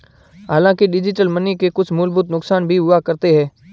हांलाकि digital money के कुछ मूलभूत नुकसान भी हुआ करते हैं